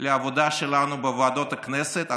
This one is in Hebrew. לעבודה שלנו בוועדות הכנסת,